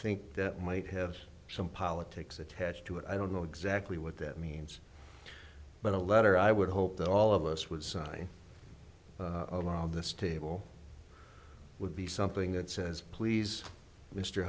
think that might have some politics attached to it i don't know exactly what that means but a letter i would hope that all of us would sign a law this table would be something that says please mr